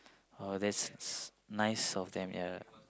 oh that's nice of them ya